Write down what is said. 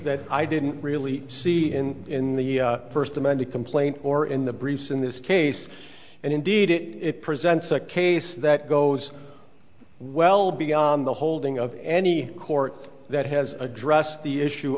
that i didn't really see in in the first amended complaint or in the briefs in this case and indeed it presents a case that goes well beyond the holding of any court that has addressed the issue